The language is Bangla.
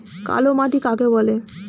কালোমাটি কাকে বলে?